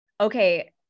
okay